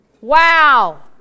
Wow